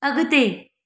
अॻिते